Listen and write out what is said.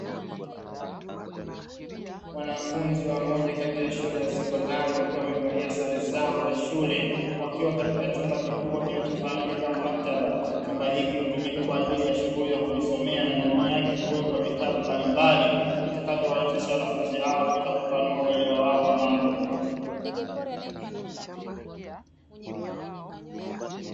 Wanafunzi wa moja kati ya shule ya sekondari wakiwa wamevalia sare zao za shule wakiwa katika chumba kikubwa kinachofahamika kama maktaba. Chumba hiki hutumika kwa ajili ya shughuli za kujisomea na ndani yake huwekwa vitabu mbalimbali vitakavyowawezesha wanafunzi hao kuweza kupanua uelewa wao wa mambo.